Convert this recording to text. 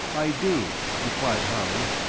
i do, replied harley.